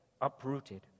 uprooted